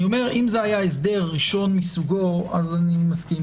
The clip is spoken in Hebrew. אם זה היה הסדר ראשון מסוגו, אני מסכים.